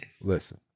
Listen